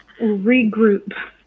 Regroup